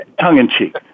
tongue-in-cheek